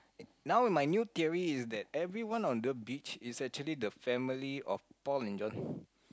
now my new theory is that everyone on the beach is actually the family of Paul and John